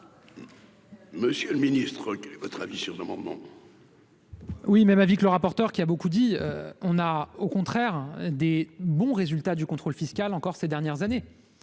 Monsieur le Ministre, quel est votre avis sur le moment. Oui, même avis que le rapporteur qui a beaucoup dit, on a au contraire des bons résultats du contrôle fiscal encore ces dernières années